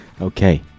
Okay